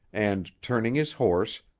and, turning his horse,